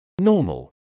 Normal